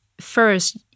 first